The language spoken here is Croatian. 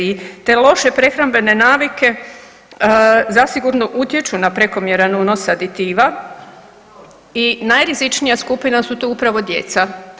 I te loše prehrambene navike zasigurno utječu na prekomjeran unos aditiva i najrizičnija skupina su tu upravo djeca.